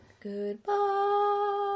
Goodbye